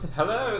Hello